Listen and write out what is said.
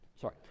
sorry